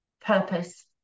purpose